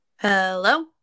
hello